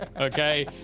okay